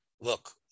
look